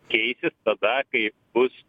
keisis tada kai bus